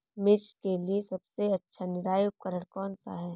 मिर्च के लिए सबसे अच्छा निराई उपकरण कौनसा है?